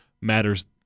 matters